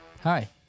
Hi